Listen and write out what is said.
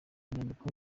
nyandiko